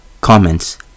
Comments